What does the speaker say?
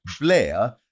Blair